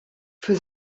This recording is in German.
für